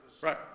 Right